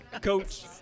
Coach